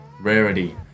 Rarity